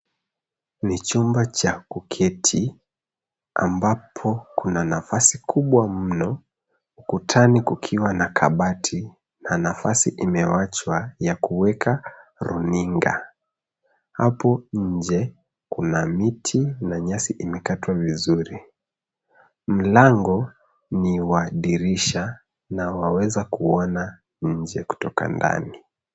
Ni chumba cha kuketi, ambapo kuna nafasi kubwa mno , ukutani kukiwa na kabati na nafasi imewachwa ya kuweka runinga. Hapo nje kuna miti na nyasi imekatwa vizuri. Mlango ni wa dirisha na waweza kuona nje kutoka ndani.